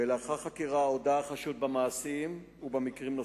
ולאחר חקירה הודה החשוד במעשים ובמקרים נוספים.